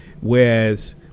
Whereas